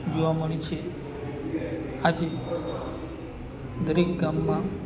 જોવા મળે છે આજે દરેક ગામમાં